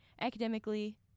academically